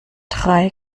drei